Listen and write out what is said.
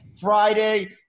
friday